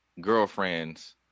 Girlfriends